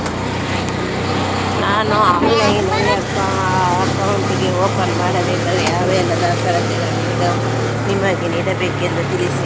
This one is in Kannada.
ನಾನು ಆನ್ಲೈನ್ನಲ್ಲಿ ಅಕೌಂಟ್ ಓಪನ್ ಮಾಡಬೇಕಾದರೆ ಯಾವ ಎಲ್ಲ ದಾಖಲೆಗಳನ್ನು ನಿಮಗೆ ನೀಡಬೇಕೆಂದು ತಿಳಿಸಿ?